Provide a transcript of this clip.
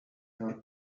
your